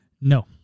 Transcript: No